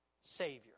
savior